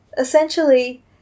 essentially